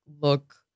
look